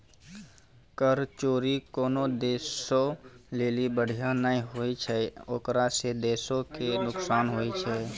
कर चोरी कोनो देशो लेली बढ़िया नै होय छै ओकरा से देशो के नुकसान होय छै